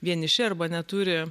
vieniši arba neturi